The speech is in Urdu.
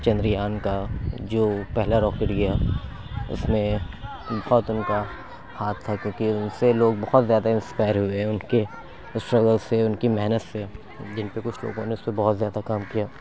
چندریان کا جو پہلا راکٹ گیا اس میں بہت ان کا ہاتھ تھا کیوں کہ ان سے لوگ بہت زیادہ انسپائر ہوئے ان کے اسٹرگل سے ان کی محنت سے جن پہ کچھ لوگوں نے اس پہ بہت زیادہ کام کیا